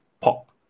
pop